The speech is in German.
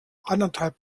anderthalb